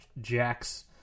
Jax